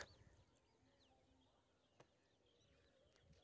विकास लेल धन उपलब्ध कराना आ मुद्रा नीतिक निर्धारण सेहो वित्त मंत्रीक काज छियै